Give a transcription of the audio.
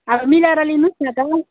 आबो मिलाएर लिनुहोस् न त